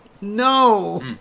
no